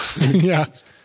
yes